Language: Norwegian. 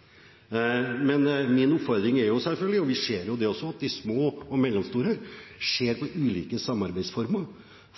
også, at de små og mellomstore ser på ulike samarbeidsformer